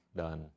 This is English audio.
dan